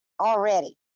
already